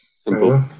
simple